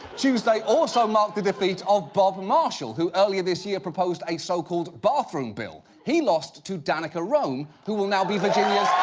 tuesday also marked the defeat of bob marshall, who earlier this year proposed a so-called bathroom bill. he lost to danica roem, who will now be virginia's